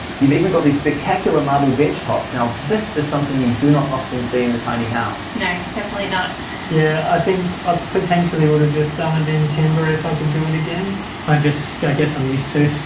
you've even got these spectacular marble bench tops now, this is something you do not often see in a tiny house. no, definitely not yeah, i think i ah potentially would have just done it in timber if i could do it again i just gotta get some used to